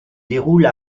déroule